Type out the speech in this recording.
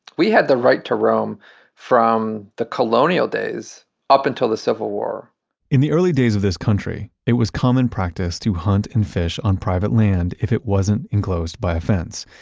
we had the right to roam from the colonial days up until the civil war in the early days of this country, it was common practice to hunt and fish on private land if it wasn't enclosed by a fence.